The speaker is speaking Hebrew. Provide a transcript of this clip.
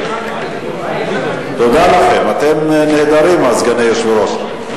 תודה לכם, אתם נהדרים, סגני היושב-ראש.